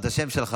אתה לא רשום.